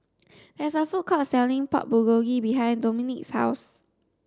there is a food court selling Pork Bulgogi behind Dominique's house